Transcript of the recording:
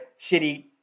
shitty